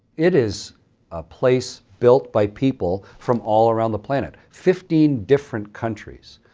it is a place built by people from all around the planet, fifteen different countries.